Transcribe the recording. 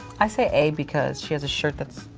i say a because she has a shirt that's,